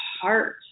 heart